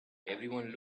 everyone